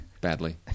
Badly